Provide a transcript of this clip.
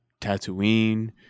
Tatooine